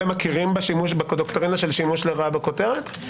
אתם מכירים בדוקטרינה של שימוש לרעה בכותרת?